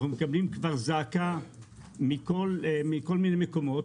אנחנו מקבלים זעקה מכל מיני מקומות,